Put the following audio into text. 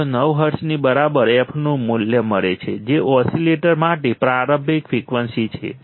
309 હર્ટ્ઝની બરાબર f નું મૂલ્ય મળે છે જે ઓસિલેટર માટે પ્રારંભિક ફ્રિકવન્સી છે